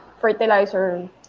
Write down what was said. fertilizer